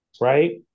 right